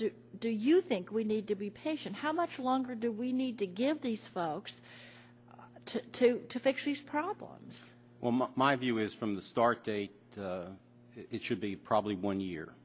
do do you think we need to be patient how much longer do we need to give these folks to to fix these problems well my view is from the start date it should be probably one year